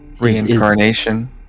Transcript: Reincarnation